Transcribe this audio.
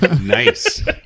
Nice